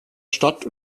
stadt